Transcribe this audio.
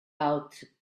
out